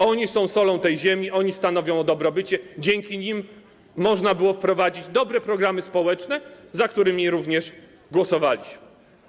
Oni są solą tej ziemi, oni stanowią o dobrobycie, dzięki nim można było wprowadzić dobre programy społeczne, za którymi również głosowaliśmy.